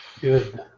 Good